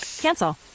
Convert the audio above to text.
Cancel